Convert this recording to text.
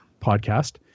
podcast